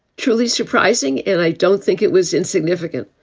truly surprising. and i don't think it was insignificant